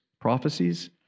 prophecies